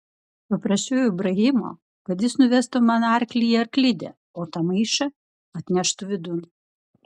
paprašiau ibrahimo kad jis nuvestų mano arklį į arklidę o tą maišą atneštų vidun